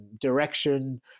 direction